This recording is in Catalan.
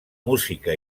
música